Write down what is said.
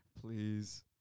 Please